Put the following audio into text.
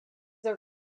are